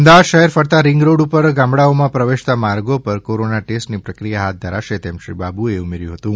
અમદાવાદ શહેર ફરતા ring road ઉપર ગામડાઓમાં પ્રવેશતા માર્ગો પર કોરોના ટેસ્ટની પ્રક્રિયા હાથ ધરાશે તેમ શ્રી બાબુએ ઉમેર્યું હતું